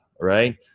Right